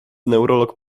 neurolog